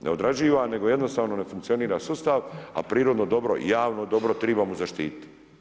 Ne odrađiva nego jednostavno ne funkcionira sustav, a prirodno dobro, javno dobro tribamo zaštititi.